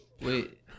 wait